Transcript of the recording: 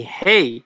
hey